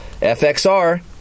FXR